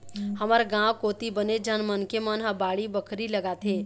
हमर गाँव कोती बनेच झन मनखे मन ह बाड़ी बखरी लगाथे